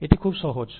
এটি খুব সহজ